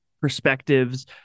perspectives